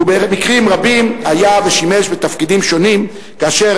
ובמקרים רבים היה ושימש בתפקידים שונים כאשר